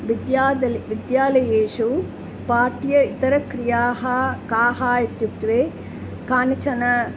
विद्यालयं विद्यालयेषु पाठ्येतरक्रियाः काः इत्युक्ते कानिचन